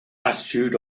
attitude